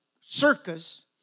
circus